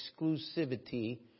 exclusivity